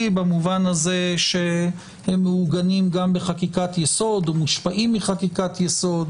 במובן הזה שהם מעוגנים גם בחקיקת יסוד או מושפעים מחקיקת יסוד,